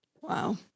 wow